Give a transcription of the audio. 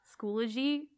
Schoology